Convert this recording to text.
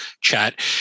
chat